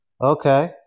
Okay